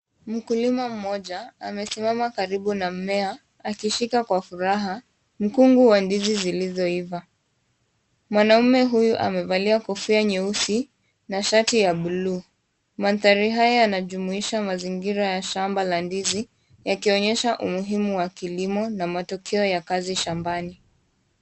Mkulima mmoja amesimama karibu na mmea, akishika kwa furaha mkungu wa ndizi zilizoiva. Mwanaume huyu amevalia kofia nyeusi, na shati ya blue . Mandhari haya yanajumuisha mazingira ya shamba la ndizi, yakionyesha umuhimu wa kilimo na matokeo ya kazi shambani.